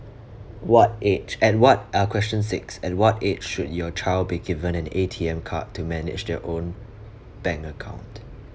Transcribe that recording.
what age at what uh question six at what age should your child be given an A_T_M card to manage their own bank account